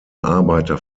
arbeiter